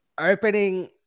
Opening